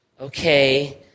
Okay